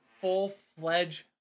full-fledged